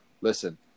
listen